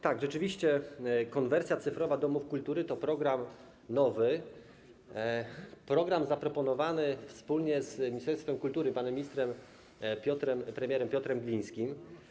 Tak, rzeczywiście „Konwersja cyfrowa domów kultury” to program nowy, program zaproponowany wspólnie z ministerstwem kultury, z panem ministrem, premierem Piotrem Glińskim.